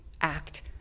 act